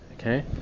Okay